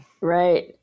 Right